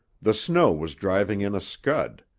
the snow was driving in a scud.